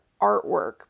artwork